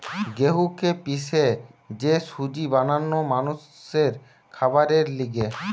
গেহুকে পিষে যে সুজি বানানো মানুষের খাবারের লিগে